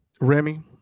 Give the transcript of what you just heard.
remy